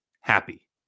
happy